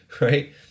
right